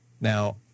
Now